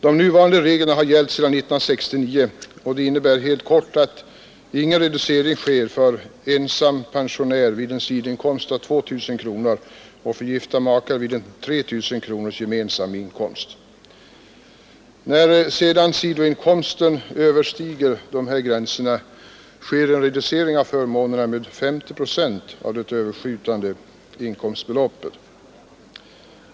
De nuvarande reglerna har gällt sedan 1969, och de innebär helt kort att ingen reducering sker för ensam pensionär vid en sidoinkomst av 2 000 kronor och för gifta makar vid en gemensam inkomst av 3 000 kronor. När sidoinkomsten överstiger dessa gränser sker en reducering av förmånerna med 50 procent av det överskjutande inkomstbeloppet.